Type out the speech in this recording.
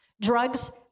Drugs